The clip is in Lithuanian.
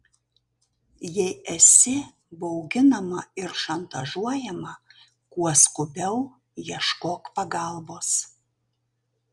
jei esi bauginama ir šantažuojama kuo skubiau ieškok pagalbos